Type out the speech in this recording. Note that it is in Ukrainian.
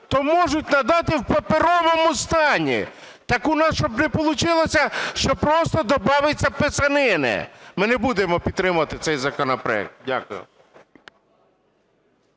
то можуть надати в паперовому стані. Так у нас, щоб не получилося, що просто добавиться писанини. Ми не будемо підтримувати цей законопроект. Дякую.